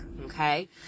okay